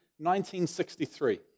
1963